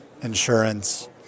insurance